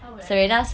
how would I know